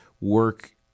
work